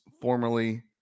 Formerly